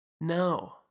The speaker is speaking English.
No